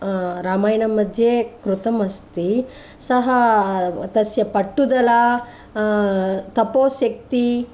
रामायणं मध्ये कृतम् अस्ति सः तस्य पट्टुदला तपोशक्तिः